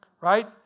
right